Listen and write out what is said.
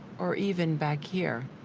or even back here?